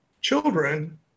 children